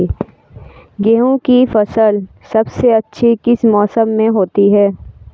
गेंहू की फसल सबसे अच्छी किस मौसम में होती है?